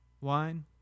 wine